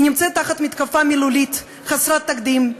היא נמצאת תחת מתקפה מילולית חסרת תקדים,